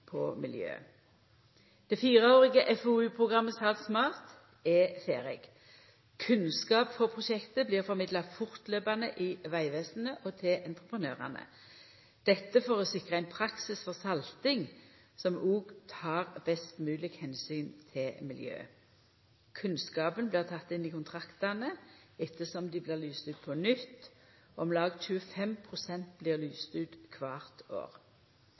på miljøet. Det fireårige FoU-programmet Salt SMART er ferdig. Kunnskap frå prosjektet blir formidla fortløpande i Vegvesenet og til entreprenørane – dette for å sikra ein praksis for salting som òg tek best mogleg omsyn til miljøet. Kunnskapen blir teken inn i kontraktane etter som dei blir lyste ut på nytt – om lag 25 pst. blir lyste ut kvart år.